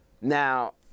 Now